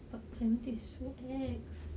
but clementi is so ex